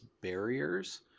barriers